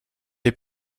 est